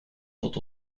tot